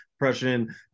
depression